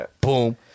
boom